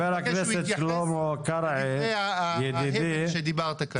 אני מבקש שהוא יתייחס לדברי ההבל שדיברת כאן.